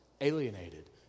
alienated